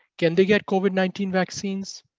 can they get covid nineteen vaccines?